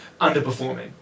underperforming